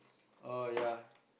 oh ya